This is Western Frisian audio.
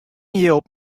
jild